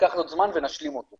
ייקח עוד זמן ונשלים אותו.